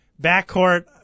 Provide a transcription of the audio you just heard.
backcourt